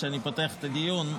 כשאני פותח את הדיון,